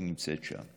היא נמצאת שם,